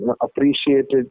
appreciated